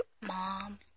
mom